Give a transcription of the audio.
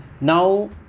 Now